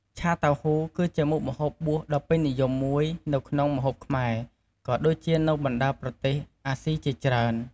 ឆាតៅហ៊ូ គឺជាមុខម្ហូបបួសដ៏ពេញនិយមមួយនៅក្នុងម្ហូបខ្មែរ ក៏ដូចជានៅបណ្ដាប្រទេសអាស៊ីជាច្រើន។